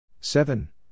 Seven